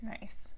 Nice